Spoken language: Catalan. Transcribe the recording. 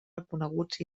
reconeguts